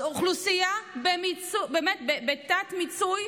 אוכלוסייה בתת-מיצוי